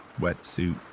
wetsuit